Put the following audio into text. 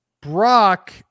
Brock